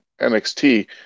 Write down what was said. NXT